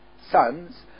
sons